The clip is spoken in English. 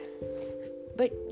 But